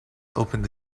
opened